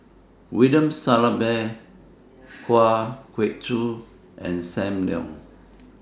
William Shellabear Kwa Geok Choo and SAM Leong